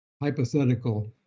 hypothetical